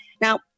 Now